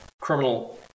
criminal